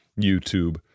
YouTube